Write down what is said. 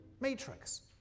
matrix